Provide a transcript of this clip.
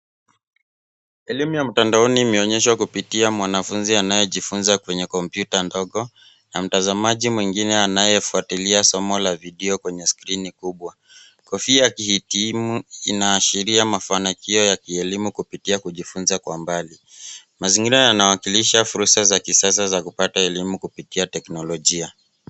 Elimu ya mtandaoni imeonyeshwa kupitia mwanafunzi anayejifunza kwenye kompyuta ndogo na mtazamaji mwingine anayefuatilia somonla video kwenye skrini kubwa. Kofia akihutimu inaashiria mafanikio ya kielimu kujifunza kwa mbali. Mazingira yanaashiria fursa za kisasa za kupata elimu kupitia teknolojia.